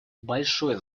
большое